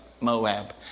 Moab